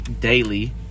daily